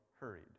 hurried